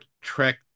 Trek